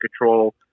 control